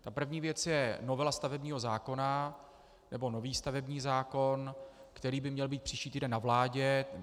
Ta první věc je novela stavebního zákona nebo nový stavební zákon, který by měl být příští týden ve vládě.